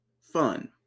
fun